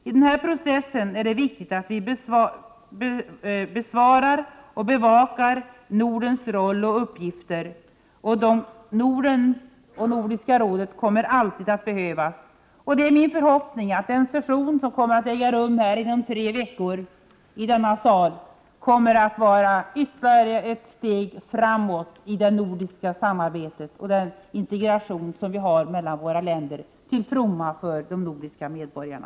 I den processen är det viktigt att vi bevarar och bevakar Nordens roll och uppgifter. Norden och Nordiska rådet kommer alltid att behövas. Det är min förhoppning att den session som kommer att äga rum inom tre veckor i denna sal kommer att bli ytterligare ett steg framåt i det nordiska samarbetet och den integration vi har mellan våra länder till fromma för de nordiska medborgarna.